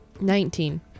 Nineteen